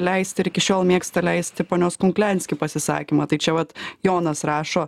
leist ir iki šiol mėgsta leisti ponios kunklianski pasisakymą tai čia vat jonas rašo